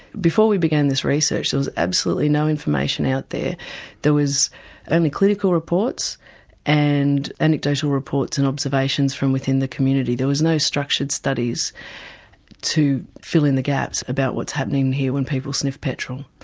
before we began this research there was absolutely no information out there there was only clinical reports and anecdotal reports and observations from within the community. there were no structured studies to fill in the gaps about what's happening here when people sniff petrol.